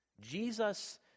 Jesus